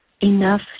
enough